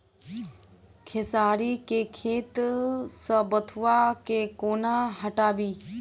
खेसारी केँ खेत सऽ बथुआ केँ कोना हटाबी